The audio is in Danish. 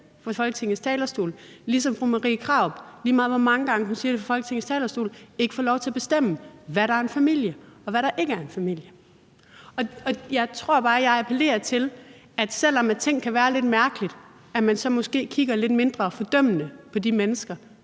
ligesom fru Marie Krarup, lige meget hvor mange gange hun siger det fra Folketingets talerstol, ikke får lov til at bestemme, hvad der er en familie, og hvad der ikke er en familie. Og jeg tror bare, at jeg vil appellere til, at man, selv om ting kan være lidt mærkelige, kigger lidt mindre fordømmende på de mennesker,